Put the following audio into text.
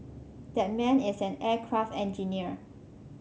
that man is an aircraft engineer